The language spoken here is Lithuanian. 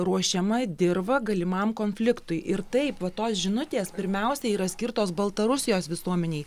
ruošiama dirva galimam konfliktui ir taip va tos žinutės pirmiausia yra skirtos baltarusijos visuomenei